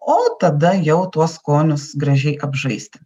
o tada jau tuos skonius gražiai apžaisti